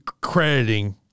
crediting